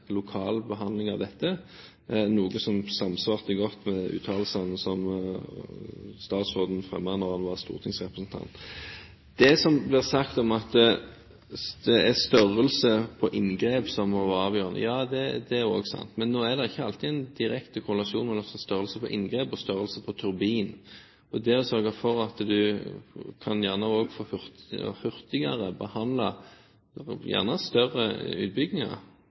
lokal behandling av dette, noe som samsvarte godt med uttalelsene som statsråden kom med da han var stortingsrepresentant. Det blir sagt at det er størrelsen på inngrep som må være avgjørende. Det er også sant. Men det er ikke alltid en direkte korrelasjon mellom størrelse på inngrep og størrelse på turbin, og det at en også kan få behandlet gjerne større utbygginger hurtigere, men med lavt konfliktnivå, burde en kunne ha en større